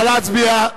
נא להצביע.